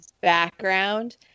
background